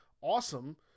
awesome